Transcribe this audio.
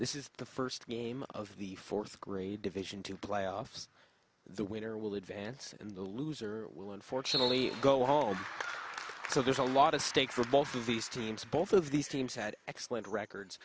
this is the first game of the fourth grade division two playoffs the winner will advance in the loser will unfortunately go home so there's a lot of stake for both of these teams both of these teams had excellent records